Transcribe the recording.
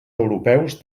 europeus